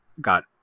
got